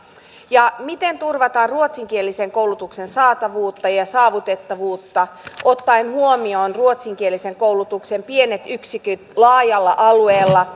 miten turvataan ruotsinkielisen koulutuksen saatavuutta ja saavutettavuutta ottaen huomioon ruotsinkielisen koulutuksen pienet yksiköt laajalla alueella